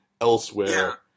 elsewhere